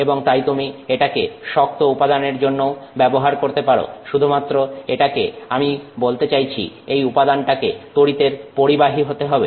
এবং তাই তুমি এটাকে শক্ত উপাদানের জন্যও ব্যবহার করতে পারো শুধুমাত্র এটাকে আমি বলতে চাইছি এই উপাদানটাকে তড়িতের পরিবাহী হতে হবে